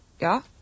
Ja